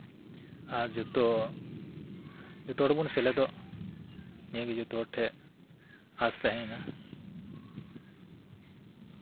ᱟᱨ ᱡᱚᱛᱚ ᱦᱚᱲ ᱵᱚᱱ ᱥᱮᱞᱮᱫᱚᱜ ᱱᱤᱭᱟᱹ ᱜᱮ ᱡᱚᱛᱚ ᱦᱚᱲ ᱴᱷᱮᱱ ᱟᱸᱥ ᱛᱟᱸᱦᱮ ᱮᱱᱟ